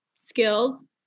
skills